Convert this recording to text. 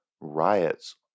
riots